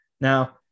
Now